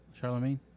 Charlamagne